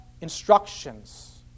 instructions